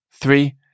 Three